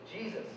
Jesus